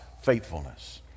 faithfulness